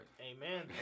Amen